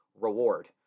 reward